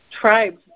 tribes